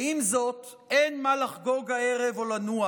ועם זאת, אין מה לחגוג הערב או לנוח.